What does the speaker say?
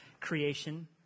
creation